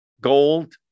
gold